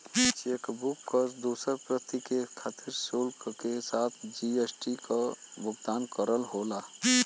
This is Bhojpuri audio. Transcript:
चेकबुक क दूसर प्रति के खातिर शुल्क के साथ जी.एस.टी क भुगतान करना होला